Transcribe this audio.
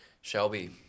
Shelby